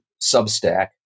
substack